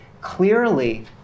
clearly